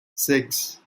six